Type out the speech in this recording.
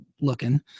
looking